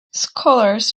scholars